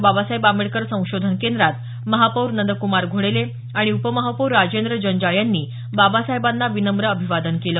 बाबासाहेब आंबेडकर संशोधन केंद्रात महापौर नंद्क्मार घोडेले आणि उपमहापौर राजेंद्र जंजाळ यांनी बाबासाहेबांना विनम्र अभिवादन केलं